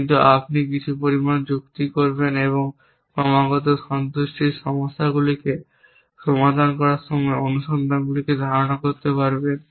কিন্তু আপনি কিছু পরিমাণ যুক্তি এবং ক্রমাগত সন্তুষ্টির সমস্যাগুলি করার সময় অনুসন্ধানটি ধারণ করতে পারেন